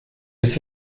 jest